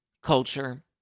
Culture